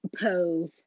pose